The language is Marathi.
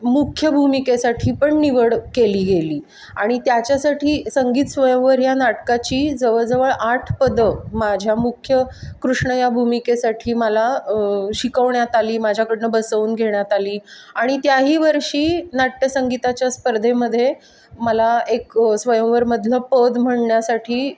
मुख्य भूमिकेसाठी पण निवड केली गेली आणि त्याच्यासाठी संगीत स्वयंवर ह्या नाटकाची जवळजवळ आठ पदं माझ्या मुख्य कृष्ण या भूमिकेसाठी मला शिकवण्यात आली माझ्याकडून बसवून घेण्यात आली आणि त्याही वर्षी नाट्यसंगीताच्या स्पर्धेमध्ये मला एक स्वयंवरमधलं पद म्हणण्यासाठी